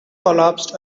collapsed